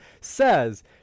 says